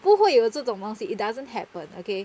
不会有这种东西 it doesn't happen okay